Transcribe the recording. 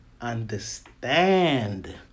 Understand